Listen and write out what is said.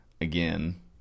again